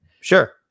Sure